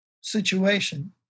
situation